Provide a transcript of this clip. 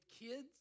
kids